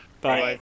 bye